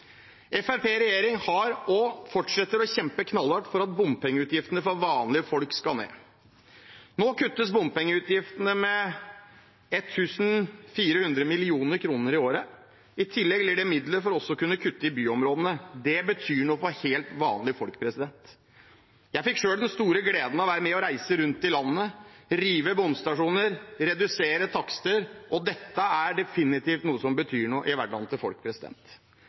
i regjering fortsetter å kjempe knallhardt for at bompengeutgiftene for vanlige folk skal ned. Nå kuttes bompengeutgiftene med 1 400 mill. kr i året. I tillegg blir det midler for å kutte i byområdene. Det betyr noe for helt vanlige folk. Jeg fikk selv den store gleden av å være med og reise rundt i landet, rive bomstasjoner og redusere takster, og dette er definitivt noe som betyr noe i hverdagen til folk.